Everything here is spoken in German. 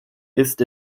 ist